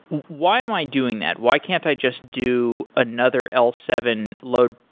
why am i doing that? why can't i just do another l seven load,